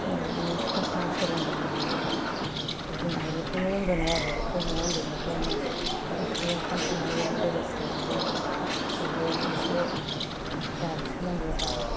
न'नि सोलोंबोनो मोननायाव दा जों आइनिफ्राय रोंबोनाय आरो बेखौ न'आव ओंख्रि ओंखाम संनायजों लोगोसे बिदिनो जों जिबो एसे दानो सोलोंबोबाय